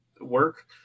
work